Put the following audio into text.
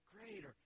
great